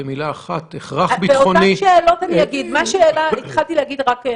מה הקשר?